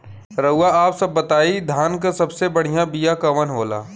रउआ आप सब बताई धान क सबसे बढ़ियां बिया कवन होला?